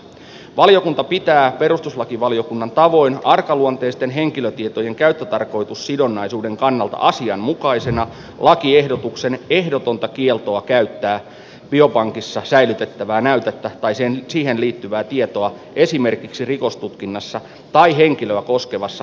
valiokunta pitää perustuslakivaliokunnan tavoin arkaluonteisten henkilötietojen käyttötarkoitussidonnaisuuden kannalta asianmukaisena lakiehdotuksen ehdotonta kieltoa käyttää biopankissa säilytettävää näytettä tai siihen liittyvää tietoa esimerkiksi rikostutkinnassa tai henkilöä koskevassa hallinnollisessa päätöksessä